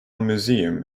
museum